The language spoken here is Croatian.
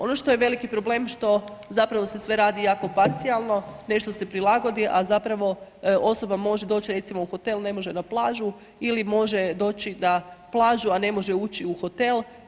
Ono što je veliki problem što zapravo se sve radi jako parcijalno, nešto se prilagodi, a zapravo osoba može doći recimo u hotel, a ne može na plaću ili može doći na plaću a ne može ući u hotel.